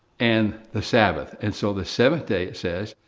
and the sabbath. and so, the seventh day, it says,